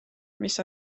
mis